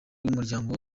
w’umuryango